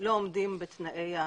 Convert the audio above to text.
לא עומדים בתנאים.